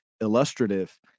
illustrative